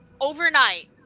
Overnight